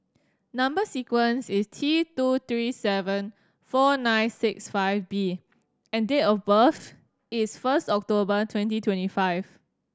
number sequence is T two three seven four nine six five B and date of birth is first October twenty twenty five